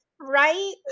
right